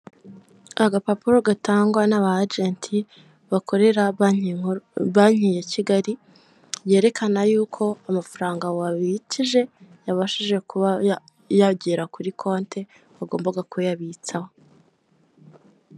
Agapapuro gatangwa n'aba ajenti bakorera banki nkuru, banki ya Kigali, yerekana y'uko amafaranga wabikije yabashije kuba yagera kuri konti wagombaga kuyabitsaho,